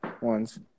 ones